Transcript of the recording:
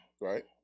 Right